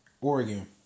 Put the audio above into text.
Oregon